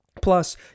plus